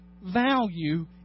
value